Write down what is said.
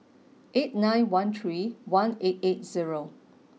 eight nine one three one eight eight zero